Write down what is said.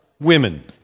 Women